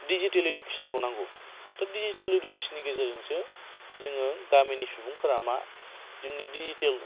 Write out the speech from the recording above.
digital इडुकेस'नखौ नांगौ दा डिजिटेल इडुकेस'ननि गेजेरजोंसो जोङो गामिनि सुबुंफोरा मा जोंनि डिजिटेल